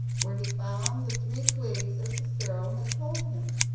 where he found the three twigs as the sparrow had told him.